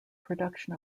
production